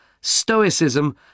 Stoicism